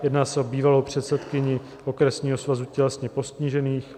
Jedná se o bývalou předsedkyni Okresního svazu tělesně postižených.